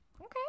Okay